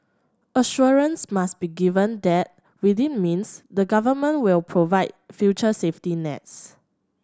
assurance must be given that within means the Government will provide future safety nets